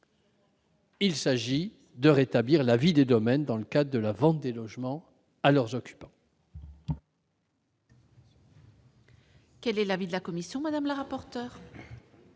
il s'agit de rétablir l'avis des domaines dans le cadre de la vente des logements à leurs occupants. Quel est l'avis de la commission ? Cet amendement